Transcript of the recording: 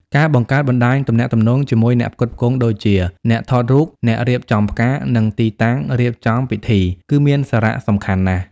ការ បង្កើតបណ្តាញទំនាក់ទំនង ជាមួយអ្នកផ្គត់ផ្គង់ដូចជា អ្នកថតរូប អ្នករៀបចំផ្កា និងទីតាំងរៀបចំពិធីគឺមានសារៈសំខាន់ណាស់។